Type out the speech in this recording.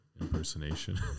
impersonation